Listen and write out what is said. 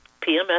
PMS